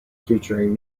featuring